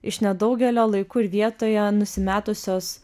iš nedaugelio laiku ir vietoje nusimetusios